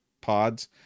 pods